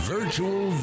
Virtual